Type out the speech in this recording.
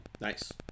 nice